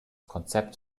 konzept